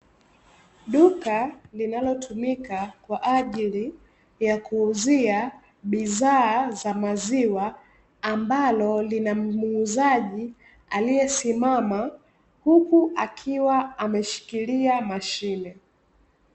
Duka linalotumika kwa ajili ya kuuzia bidhaa za maziwa, ambalo lina muuzaji aliyesimama, huku akiwa ameshikilia mashine.